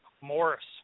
Morris